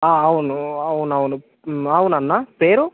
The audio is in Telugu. అవును అవునవును అవునన్నా పేరు